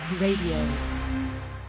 Radio